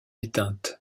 éteinte